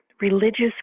religious